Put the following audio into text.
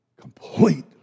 complete